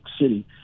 City